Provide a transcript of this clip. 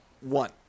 one